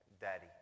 Daddy